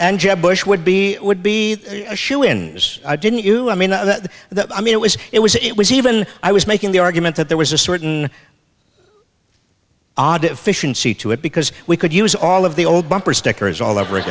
and jeb bush would be would be a shoo in as i didn't you i mean that that i mean it was it was it was even i was making the argument that there was a certain odd efficiency to it because we could use all of the old bumper stickers all over